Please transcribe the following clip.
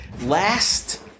last